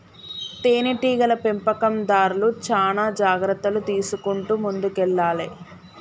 తేనె టీగల పెంపకందార్లు చానా జాగ్రత్తలు తీసుకుంటూ ముందుకెల్లాలే